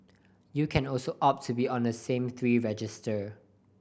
you can also opt to be on a three register